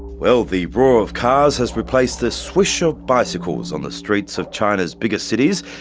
well, the roar of cars has replaced the swish of bicycles on the streets of china's biggest cities,